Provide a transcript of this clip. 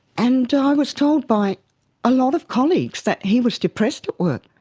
and i was told by a lot of colleagues that he was depressed at work.